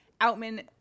Outman